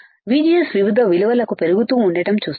VGS వివిధ విలువలకు పెరుగుతూ ఉండటం చూస్తారు